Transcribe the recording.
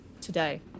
today